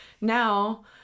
now